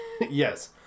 Yes